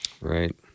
Right